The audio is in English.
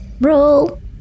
Roll